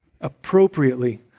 appropriately